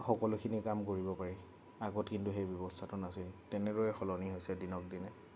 সকলোখিনি কাম কৰিব পাৰি আগত কিন্তু সেই ব্যৱস্থাটো নাছিল তেনেদৰে সলনি হৈছে দিনক দিনে